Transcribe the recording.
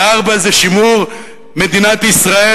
4. שימור מדינת ישראל,